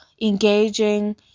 engaging